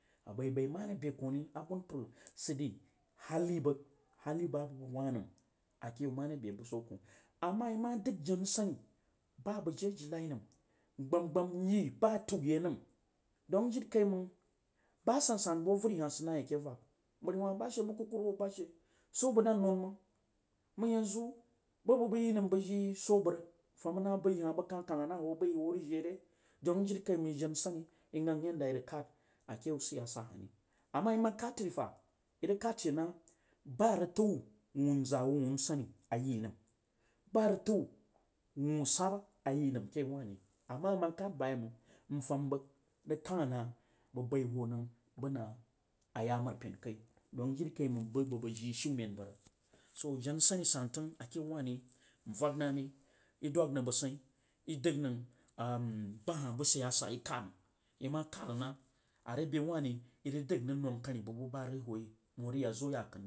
A bai bai more be koh ri agunpar je dei hal bəg hali bas a bəg bəg nah nam ake yau more be sadu lwh. Ama imu dəg jena nsani ba gbamgbam ba bəg jiri a jinai nam mgba gbam nulba rəg rauye nam dom jiri kai mans ba sanjan bu avari hah id na ye ke yak. Mjriwah bashe bag kukulurehwo bashe swo bag dan nin mong. Mong yanzu bag bag baf yan zu nag jii swo bag rag fam na bas yi bạg kah kaŋng nu hoes bairaj ni i ganga a i rəg ked ke yau siyasa hahri, ama kal tatri fa i rəg ked she nah? Ba a raj tau wunza wu wuh nsalni a yi nam ba rag tau wuhh bahba a yi nam ake yau wah ri a ma a ma kad ba banəng bəg fam nang bas nang m bai haw nəng a ya mari pen kai don jiri kaiman bag bas bəg jii shiemen bag rag sun kena nsuhni ake yau wah ti m vəg na ri i dwag nəng dəs tein i dəg nəng bu hah bu siyasa i kad ngan, i ma kad nang rəg nah? A re wuh rii ira̱g dəg nrəg non kui bəg buba rəg hii yi n rəg ya zo yak.